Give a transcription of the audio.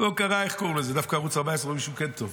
דווקא ערוץ 14, אומרים שהוא כן טוב.